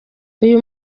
uyu